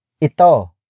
Ito